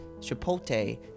Chipotle